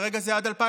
כרגע זה 2021,